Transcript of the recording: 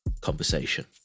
conversation